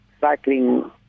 cycling